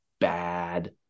bad